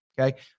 okay